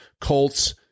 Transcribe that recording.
Colts